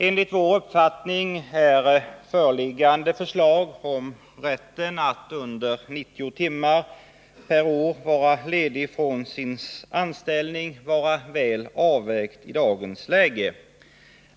Enligt vår uppfattning är föreliggande förslag om rätten att under 90 timmar per år vara ledig från sin anställning väl avvägt i dagens läge.